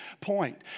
point